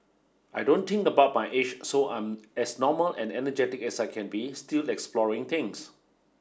I don't think about my age so I'm as normal and energetic as I can be still exploring things